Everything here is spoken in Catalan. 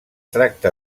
tracta